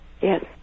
Yes